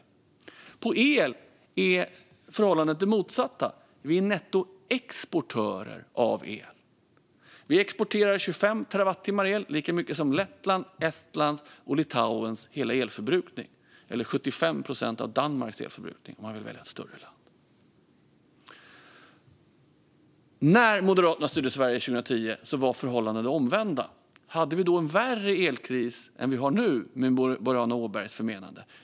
När det gäller el är förhållandet det motsatta; vi är nettoexportör av el. Vi exporterar 25 terawattimmar el. Det är lika mycket som Lettlands, Estlands och Litauens hela elförbrukning, eller 75 procent av Danmarks elförbrukning om man vill välja ett större land. När Moderaterna styrde Sverige 2010 var förhållandet det omvända. Hade vi då en värre elkris än vi har nu, enligt Boriana Åbergs förmenande?